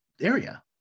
area